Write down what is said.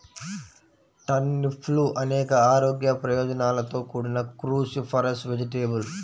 టర్నిప్లు అనేక ఆరోగ్య ప్రయోజనాలతో కూడిన క్రూసిఫరస్ వెజిటేబుల్